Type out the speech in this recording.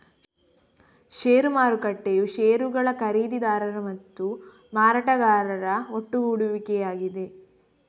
ಷೇರು ಮಾರುಕಟ್ಟೆಯು ಷೇರುಗಳ ಖರೀದಿದಾರರು ಮತ್ತು ಮಾರಾಟಗಾರರ ಒಟ್ಟುಗೂಡುವಿಕೆಯಾಗಿದೆ